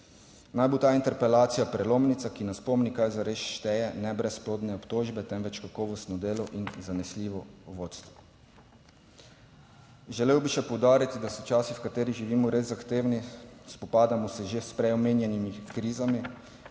Naj bo ta interpelacija prelomnica, ki nas spomni kaj zares šteje, ne brezplodne obtožbe, temveč kakovostno delo in zanesljivo vodstvo. Želel bi še poudariti, da so časi, v katerih živimo, res zahtevni. Spopadamo se že s prej omenjenimi krizami,